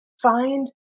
find